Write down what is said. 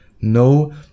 No